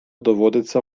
доводиться